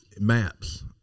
maps